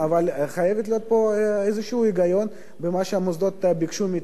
אבל חייב להיות פה איזשהו היגיון במה שהמוסדות ביקשו מאתנו.